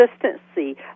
consistency